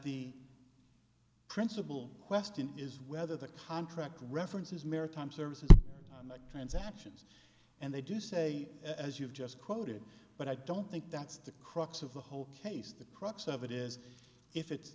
the principle question is whether the contract references maritime services and the transactions and they do say as you've just quoted but i don't think that's the crux of the whole case the crux of it is if it's